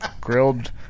grilled